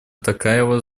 токаева